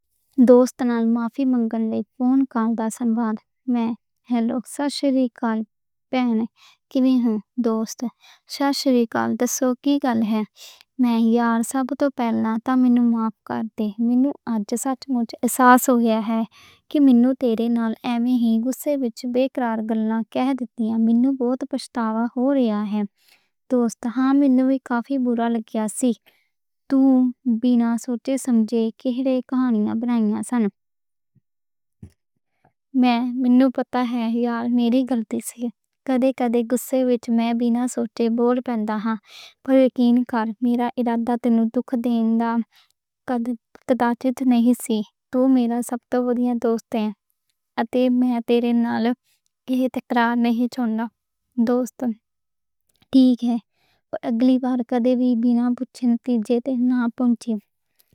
دوست نال معافی منگن لئی فون کال دا سنواد، میں: ہيلو، ست سری اکال، پُچھن لئی ہے۔ دوست: ست سری اکال، تسیں کی حال ہے؟ میں: یار، سب توں پہلاں تاں میں معافی منگدا ہاں۔ مینوں آج سچ مُچ احساس ہو گیا ہے، میں تیرے نال آویں ہی غصے وچ بے قراری نال گلاں کہ دِتّیاں، مینوں بہت پچھتاوا ہو رہا ہے۔ تساں ہاں مینوں کافی بُرا لگیا سی، تُسی بینا سوچے سمجھے کہڑیاں کہانیاں برائیاں سن۔ مینوں پتہ ہے یار، میری غلطی سی، کدے کدے غصے وچ میں بینا سوچے بہت بول گیا۔ پر یقین کر، میرا ایہدا تین تُوہوں دِل دُکھان دا کدے کدے چیت نہیں سی۔ تُو میرا سب توں وڈا دوست ہے، آپے میں آپے نال گَل تکرار نہیں چاہوندا۔ دوست: ٹھیک ہے، اگلی وار کدے وی بینا پُچھن، تیجے دیکھنا پَوے گا۔